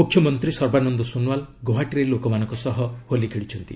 ମୁଖ୍ୟମନ୍ତ୍ରୀ ସର୍ବାନନ୍ଦ ସୋନୱାଲ ଗୌହାଟୀରେ ଲୋକମାନଙ୍କ ସହ ହୋଲି ଖେଳିଛନ୍ତି